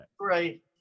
Right